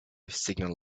signal